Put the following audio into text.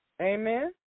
Amen